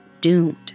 doomed